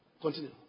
Continue